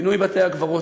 פינוי בתי-הקברות,